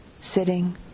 sitting